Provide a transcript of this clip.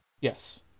Yes